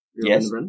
Yes